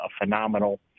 phenomenal